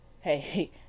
hey